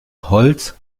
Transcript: holz